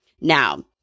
Now